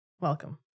welcome